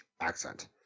accent